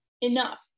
enough